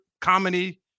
comedy